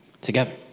together